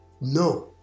No